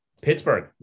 Pittsburgh